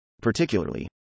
Particularly